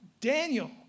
Daniel